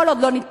כל עוד זה נתקע,